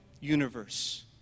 universe